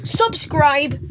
subscribe